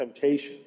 temptation